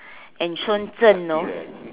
and Shenzhen you know